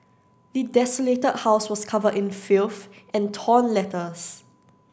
the desolated house was covered in filth and torn letters